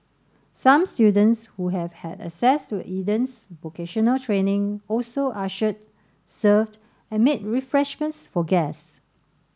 some students who have had access to Eden's vocational training also ushered served and made refreshments for guests